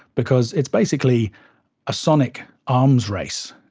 because it's basically a sonic arms race.